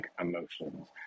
emotions